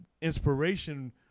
inspiration